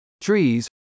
trees